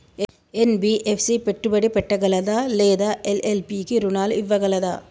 NBFC పెట్టుబడి పెట్టగలదా లేదా ఎల్.ఎల్.పి కి రుణాలు ఇవ్వగలదా?